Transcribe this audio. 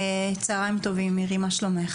צהריים טובים מירי, מה שלומך?